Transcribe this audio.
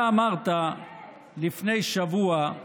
אתה אמרת לפני שבוע: